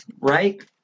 right